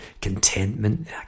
contentment